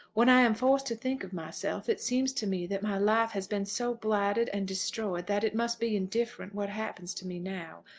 when i am forced to think of myself, it seems to me that my life has been so blighted and destroyed that it must be indifferent what happens to me now.